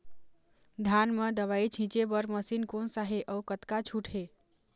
धान म दवई छींचे बर मशीन कोन सा हे अउ कतका छूट हे?